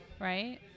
Right